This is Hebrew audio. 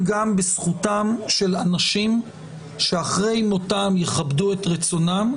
בזכותם של אנשים שאחרי מותם יכבדו את רצונם,